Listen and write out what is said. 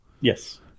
Yes